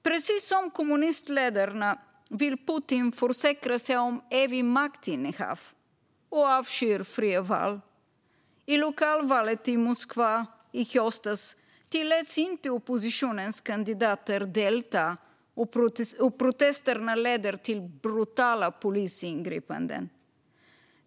Precis som kommunistledarna vill Putin försäkra sig om evigt maktinnehav och avskyr fria val. I lokalvalet i Moskva i höstas tilläts inte oppositionens kandidater att delta, och protesterna ledde till brutala polisingripanden.